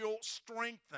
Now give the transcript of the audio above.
strengthen